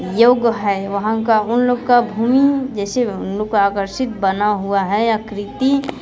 योग है वहाँ का उन लोग का भूमि जैसे लोग का आकर्षित बना हुआ है या कृति